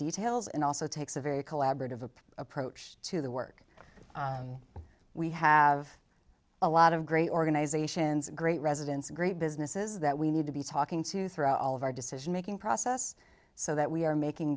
details and also takes a very collaborative approach to the work we have a lot of great organizations great residents great businesses that we need to be talking to throughout all of our decision making process so that we are making